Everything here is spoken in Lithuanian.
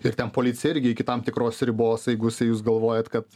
ir ten policija irgi iki tam tikros ribos jeigu jisai jūs galvojat kad